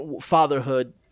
fatherhood